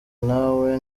nawe